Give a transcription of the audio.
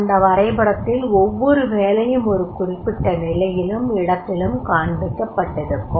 அந்த வரைபடத்தில் ஒவ்வொரு வேலையும் ஒரு குறிப்பிட்ட நிலையிலும் இடத்திலும் காண்பிக்கப் பட்டிருக்கும்